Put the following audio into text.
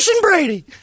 Brady